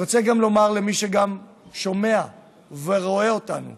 אני רוצה לומר למי ששומע ורואה אותנו